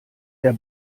der